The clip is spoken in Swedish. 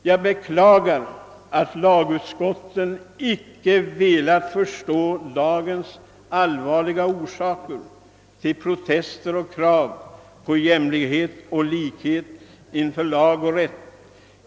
Jag beklagar att lagutskotten icke velat förstå dagens allvarliga orsaker till protester och krav på jämlikhet och likhet inför lag och rätt.